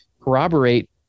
corroborate